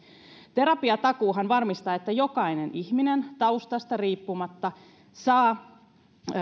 terapiatakuuhan varmistaa että jokainen ihminen taustasta riippumatta saa